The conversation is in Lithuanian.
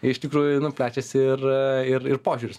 iš tikrųjų nu plečiasi ir ir ir požiūris